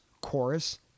chorus